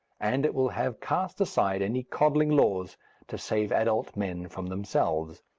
and it will have cast aside any coddling laws to save adult men from themselves.